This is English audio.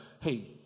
hey